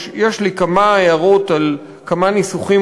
יש לי כמה הערות על כמה ניסוחים,